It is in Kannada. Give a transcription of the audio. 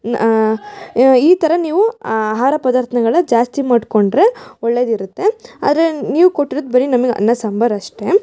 ನ ಈ ಥರ ನೀವು ಆಹಾರ ಪದಾರ್ಥಗಳ ಜಾಸ್ತಿ ಮಾಡಿಕೊಂಡ್ರೆ ಒಳ್ಳೆಯದಿರುತ್ತೆ ಆದ್ರೆ ನೀವು ಕೊಟ್ಟಿರೋದು ಬರೇ ನಮಗೆ ಅನ್ನ ಸಾಂಬಾರು ಅಷ್ಟೇ